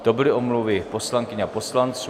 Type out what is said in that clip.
To byly omluvy poslankyň a poslanců.